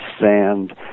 sand